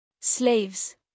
Slaves